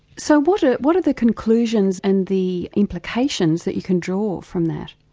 so what are what are the conclusions and the implications that you can draw from that?